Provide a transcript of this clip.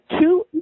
two